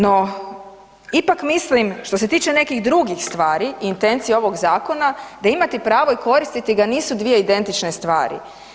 No ipak mislim što se tiče nekih drugih stvari i intencije ovog zakona, da imate pravo i koristiti ga, nisu dvije identične stvari.